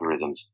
algorithms